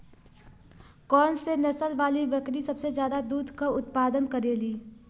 कौन से नसल वाली बकरी सबसे ज्यादा दूध क उतपादन करेली?